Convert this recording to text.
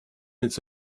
its